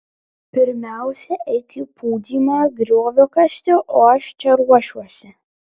pirmiausia eik į pūdymą griovio kasti o aš čia ruošiuosi